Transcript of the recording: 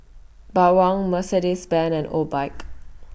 Bawang Mercedes Benz and Obike